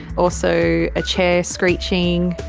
also a chair screeching.